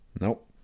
Nope